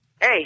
Hey